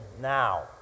now